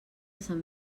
sant